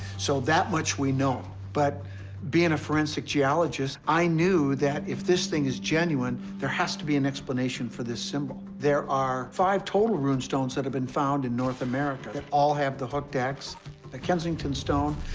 so that much, we know. but being a forensic geologist, i knew that if this thing is genuine, there has to be an explanation for this symbol. there are five total rune stones that have been found in north america that all have the hooked x the kensington stone,